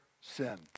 sin